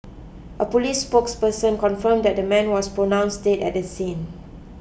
a police spokesperson confirmed that the man was pronounced dead at the scene